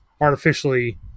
artificially